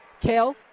Kale